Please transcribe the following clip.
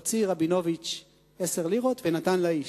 הוציא רבינוביץ 10 לירות ונתן לאיש.